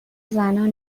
زنان